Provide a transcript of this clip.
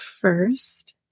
first